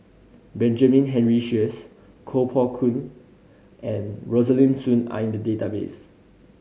Benjamin Henry Sheares Koh Poh Koon and Rosaline Soon are in the database